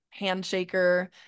handshaker